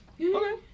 Okay